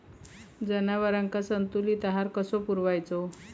जनावरांका संतुलित आहार कसो पुरवायचो?